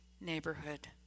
neighborhood